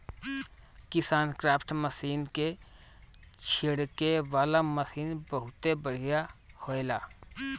KisanKraft machine के छिड़के वाला मशीन बहुत बढ़िया होएला